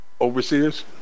Overseers